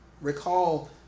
Recall